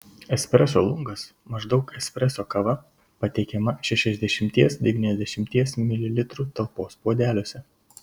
espreso lungas maždaug espreso kava pateikiama šešiasdešimties devyniasdešimties mililitrų talpos puodeliuose